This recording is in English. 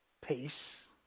Peace